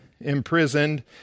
imprisoned